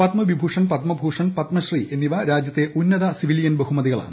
പത്മവിഭുഷൻ പത്മഭൂഷൻ പത്മശ്രീ എന്നിവ രാജ്യത്തെ ഏറ്റവും ഉയർന്ന സിവിലിയൻ ബഹുമതികളാണ്